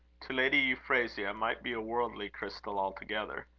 to lady euphrasia, might be a worldly crystal altogether.